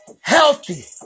healthy